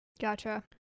Gotcha